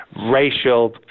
racial